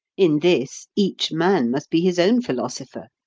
in this, each man must be his own philosopher.